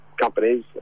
companies